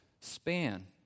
span